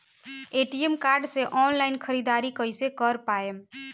ATM card से online ख़रीदारी कइसे कर पाएम?